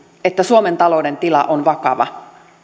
että suomen talouden tila on vakava